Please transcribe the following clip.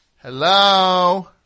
Hello